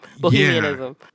Bohemianism